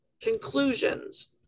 conclusions